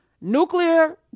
nuclear